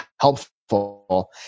helpful